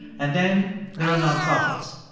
and then there are nonprofits.